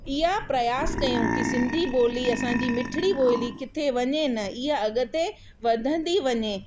इहा प्रयास कयूं की सिंधी ॿोली असांजी मिठिड़ी ॿोली किथे वञे न इहा अॻिते वधंदी वञे